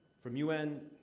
from u n.